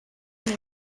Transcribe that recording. mes